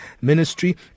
ministry